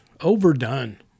overdone